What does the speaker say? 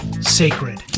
sacred